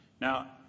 Now